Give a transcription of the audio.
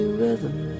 rhythm